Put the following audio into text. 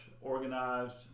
organized